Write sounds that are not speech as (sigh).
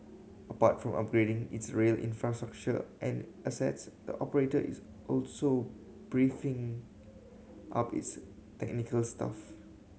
apart from upgrading its rail infrastructure and assets the operator is also (unintelligible) up its technical staff